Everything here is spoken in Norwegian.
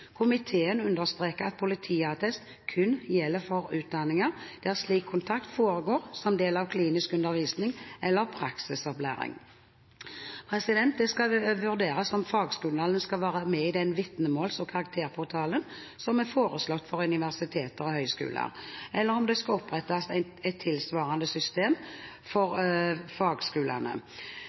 Komiteen understreker at politiattest kun gjelder for utdanninger der slik kontakt foregår som del av klinisk undervisning eller praksisopplæring. Det skal vurderes om fagskolene skal være med i den vitnemåls- og karakterportalen som er foreslått for universiteter og høyskoler, eller om det skal opprettes et tilsvarende system for fagskolene.